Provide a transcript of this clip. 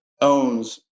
owns